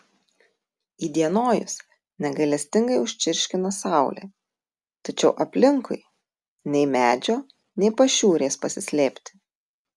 įdienojus negailestingai užčirškina saulė tačiau aplinkui nei medžio nei pašiūrės pasislėpti